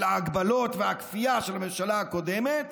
של ההגבלות ושל הכפייה של הממשלה הקודמת